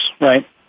right